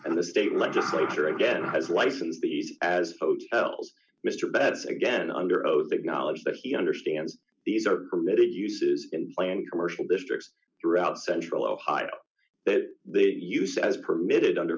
and the state legislature again has license these as hotels mr batts again under oath acknowledge that he understands these are permitted uses and plan commercial districts throughout central ohio that they use as permitted under